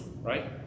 Right